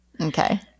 Okay